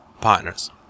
partners